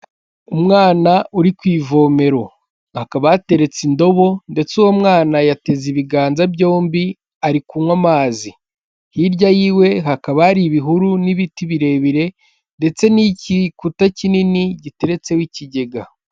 Umwana uri ku ivomero hakaba hateretse indobo ndetse uwo mwana yateze ibiganza byombi ari kunywa amazi hirya y'iwe hakaba hari ibihuru n'ibiti birebire ndetse n'igikuta kinini giteretseho ikigega.